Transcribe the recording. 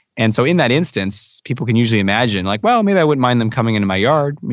and so in that instance people can usually imagine, like well maybe i wouldn't mind them coming into my yard.